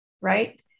right